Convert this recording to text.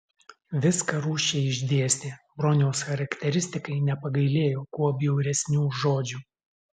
viską rūsčiai išdėstė broniaus charakteristikai nepagailėjo kuo bjauresnių žodžių